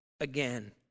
again